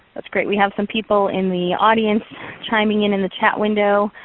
that's great. we have some people in the audience chiming in in the chat window,